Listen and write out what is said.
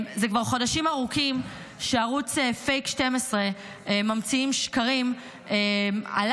זה כבר חודשים ארוכים שערוץ פייק 12 ממציאים שקרים עליי,